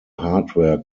hardware